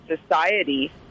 society